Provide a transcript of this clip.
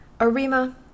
Arima